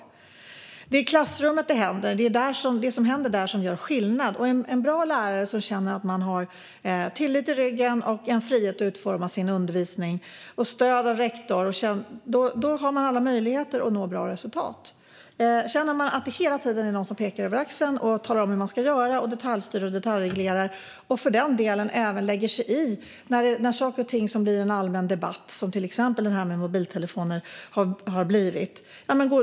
Det är i klassrummet det händer. Det är det som händer där som gör skillnad. En bra lärare som känner att man har tillit i ryggen, en frihet att utforma sin undervisning och känner stöd av rektor har alla möjligheter att nå bra resultat. Så är det inte om man känner att det hela tiden är någon som tittar över axeln eller talar om hur man ska göra och detaljstyr och detaljreglerar, och för den delen även lägger sig i när saker och ting blir föremål för allmän debatt, som detta med mobiltelefoner har blivit.